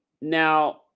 Now